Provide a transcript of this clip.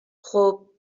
خوب